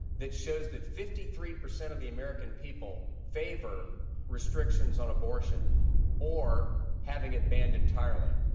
that shows that fifty three percent of the american people favor restrictions on abortion or having it banned entirely.